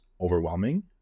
overwhelming